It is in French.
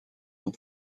aux